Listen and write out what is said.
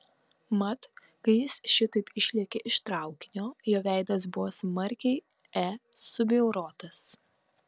mat kai jis šitaip išlėkė iš traukinio jo veidas buvo smarkiai e subjaurotas